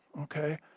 Okay